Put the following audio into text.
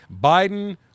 Biden